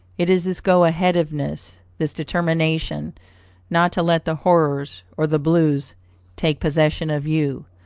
it is this go-aheaditiveness, this determination not to let the horrors or the blues take possession of you,